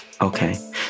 Okay